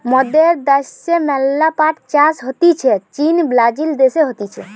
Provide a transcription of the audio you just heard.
মোদের দ্যাশে ম্যালা পাট চাষ হতিছে চীন, ব্রাজিল দেশে হতিছে